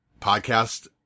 podcast